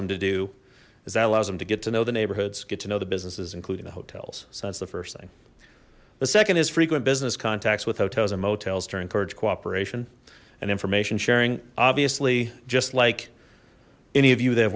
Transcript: them to do is that allows them to get to know the neighborhoods get to know the businesses including the hotels so that's the first thing the second is frequent business contacts with hotels and motels to encourage cooperation and information sharing obviously just like any of you th